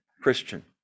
Christian